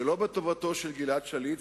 שלא בטובתו של גלעד שליט,